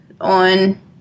on